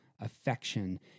affection